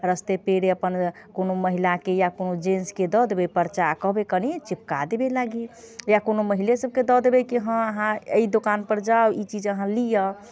रस्ते पेड़े अपन कोनो महिलाके या कोनो जेन्ट्सके दऽ देबै परचा कहबै कनि चिपका देबै लागी या कोनो महिलेसबके दऽ देबै कि हँ अहाँ एहि दोकानपर जाउ ई चीज अहाँ लिअऽ